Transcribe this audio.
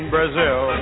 Brazil